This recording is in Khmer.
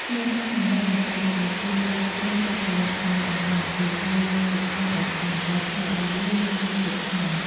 ឃ្មុំអាំងអំបិលម្ទេស ដែលគេយកឃ្មុំទៅប្រឡាក់ជាមួយអំបិលម្ទេស ហើយយកទៅអាំងឱ្យឆ្អិន ដែលធ្វើឱ្យវាមានរសជាតិឆ្ងាញ់។